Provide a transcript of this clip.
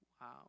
Wow